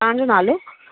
तव्हांजो नालो